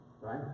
right